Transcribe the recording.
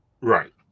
Right